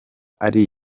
ari